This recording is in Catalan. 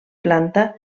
planta